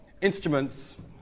instruments